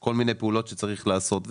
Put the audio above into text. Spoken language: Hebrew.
כל מיני פעולות שצריך לעשות,